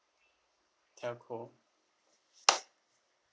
telco